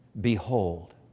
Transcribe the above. Behold